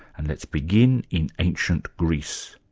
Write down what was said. and let's begin in ancient greece,